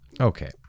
Okay